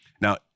Now